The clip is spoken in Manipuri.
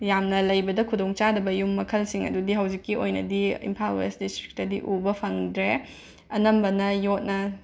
ꯌꯥꯝꯅ ꯂꯩꯕꯗ ꯈꯨꯗꯣꯡ ꯆꯥꯗꯕ ꯌꯨꯝ ꯃꯈꯜꯁꯤꯡ ꯑꯗꯨꯗꯤ ꯍꯧꯖꯤꯛꯀꯤ ꯑꯣꯏꯅꯗꯤ ꯏꯝꯐꯥꯜ ꯋꯦꯁ ꯗꯤꯁꯇ꯭ꯔꯤꯛꯇꯗꯤ ꯎꯕ ꯐꯪꯗ꯭ꯔꯦ ꯑꯅꯝꯕꯅ ꯌꯣꯠꯅ